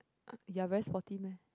you're very sporty meh